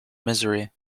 misery